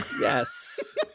yes